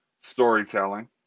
storytelling